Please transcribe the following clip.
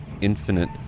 Infinite